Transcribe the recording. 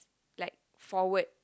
like forward